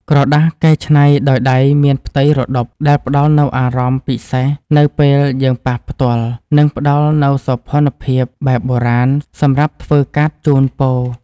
ក្រដាសកែច្នៃដោយដៃមានផ្ទៃរដុបដែលផ្ដល់នូវអារម្មណ៍ពិសេសនៅពេលយើងប៉ះពាល់ និង ផ្ដល់នូវសោភ័ណភាពបែបបុរាណសម្រាប់ធ្វើកាតជូនពរ។